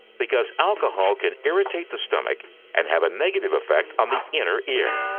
because alcohol can irritate the stomach and have a negative effect on the inner ear